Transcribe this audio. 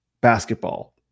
basketball